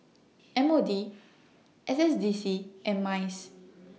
M O D S S D C and Mice